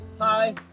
hi